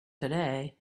today